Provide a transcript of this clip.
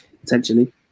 potentially